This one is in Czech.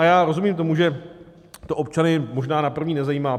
A já rozumím tomu, že to občany možná na první nezajímá.